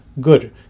good